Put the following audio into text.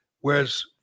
Whereas